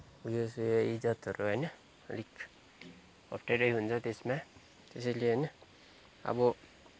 उयो चाहिँ इज्जतहरू होइन अलिक अप्ठ्यारै हुन्छ त्यसमा त्यसैले होइन अब